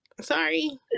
Sorry